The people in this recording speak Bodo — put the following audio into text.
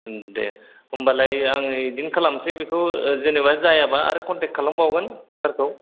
औ दे होनबालाय आं बिदिनो खालामसै बेखौ जेनेबा जायाबा आर कनटेक्ट खालामबावगोन सारखौ